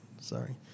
Sorry